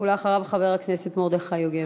ואחריו, חבר הכנסת מרדכי יוגב.